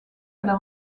elles